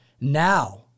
Now